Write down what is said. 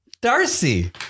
darcy